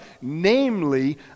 namely